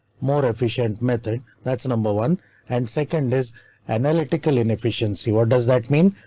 more efficient method. that's number one and second is analytical inefficiency. what does that mean?